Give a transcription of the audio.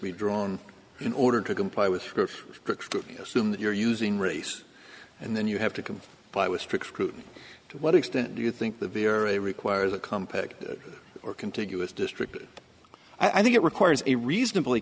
redrawn in order to comply with assume that you're using race and then you have to come by with strict scrutiny to what extent do you think the v or a requires a compact or contiguous district i think it requires a reasonably